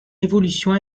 évolution